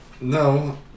No